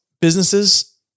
businesses